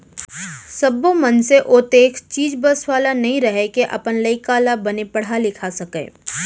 सब्बो मनसे ओतेख चीज बस वाला नइ रहय के अपन लइका ल बने पड़हा लिखा सकय